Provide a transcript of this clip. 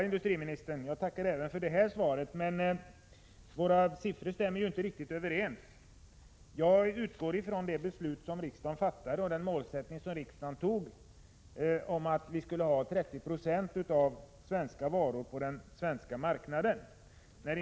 Fru talman! Jag tackar även för det här svaret, industriministern, men våra siffror stämmer inte riktigt överens. Jag utgår från det beslut som riksdagen fattade och den målsättning som riksdagen antog om att vi skulle ha 30 96 svenska varor på den svenska marknaden.